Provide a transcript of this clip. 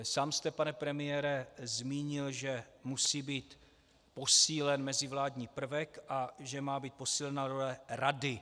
Sám jste, pane premiére, zmínil, že musí být posílen mezivládní prvek a že má být posílena role Rady.